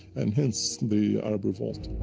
and hence, the arab revolt.